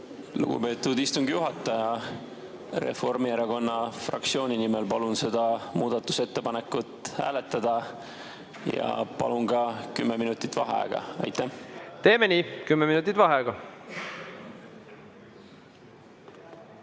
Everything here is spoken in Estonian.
Lugupeetud istungi juhataja! Reformierakonna fraktsiooni nimel palun seda muudatusettepanekut hääletada ja palun ka kümme minutit vaheaega. Aitäh! Teeme nii. Kümme minutit vaheaega.V